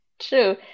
true